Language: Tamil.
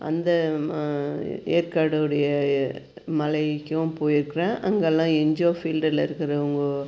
அந்த ம ஏற்காடுடைய மலைக்கும் போயிருக்கிறேன் அங்கெல்லாம் என்ஜியோ ஃபீல்டில் இருக்கிறவுங்கோ